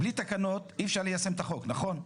בלי תקנות אי אפשר ליישם את החוק, נכון?